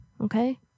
Okay